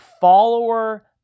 follower